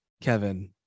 Kevin